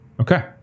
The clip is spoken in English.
okay